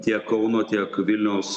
tiek kauno tiek vilniaus